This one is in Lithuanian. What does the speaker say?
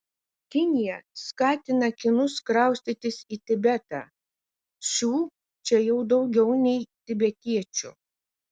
kinija skatina kinus kraustytis į tibetą šių čia jau daugiau nei tibetiečių